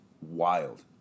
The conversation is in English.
wild